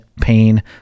pain